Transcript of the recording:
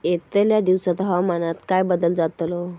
यतल्या दिवसात हवामानात काय बदल जातलो?